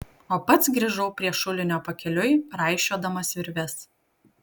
o pats grįžau prie šulinio pakeliui raišiodamas virves